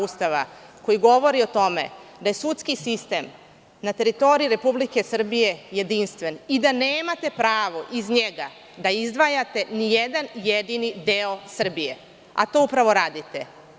Ustava koji govori o tome da je sudski sistem na teritoriji Republike Srbije jedinstven i da nemate pravo iz njega da izdvajate ni jedan jedini deo Srbije, a to upravo radite.